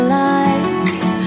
life